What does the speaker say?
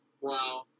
Wow